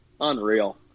unreal